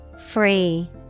Free